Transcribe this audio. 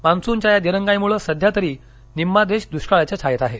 मान्सूनच्या या दिरंगाईमुळे सध्यातरी निम्मा देश दुष्काळाच्या छायेत आहे